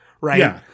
Right